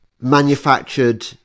manufactured